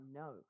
no